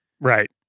Right